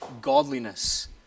godliness